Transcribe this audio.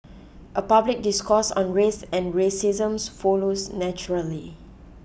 a public discourse on race and racism follows naturally